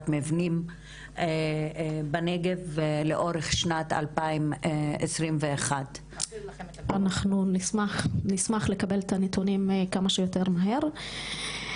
מבנים בנגב לאורך שנת 2021. אנחנו נשמח לקבל את הנתונים כמה שיותר מהר.